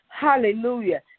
hallelujah